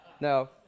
No